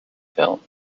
built